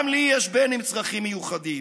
גם לי יש בן עם צרכים מיוחדים,